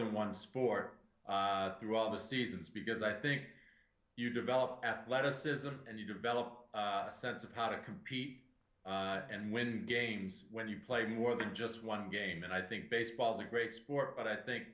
than one sport throughout the seasons because i think you develop athleticism and you develop a sense of how to compete and win games when you play more than just one game and i think baseball is a great sport but i think